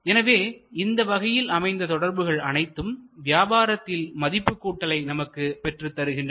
எனவே இந்த வகையில் அமைந்த தொடர்புகள் அனைத்தும் வியாபாரத்தில் மதிப்புக்கூட்டலை நமக்குக் பெற்றுத் தருகின்றன